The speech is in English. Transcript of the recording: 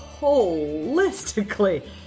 holistically